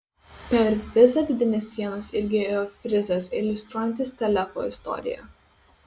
per visą vidinės sienos ilgį ėjo frizas iliustruojantis telefo istoriją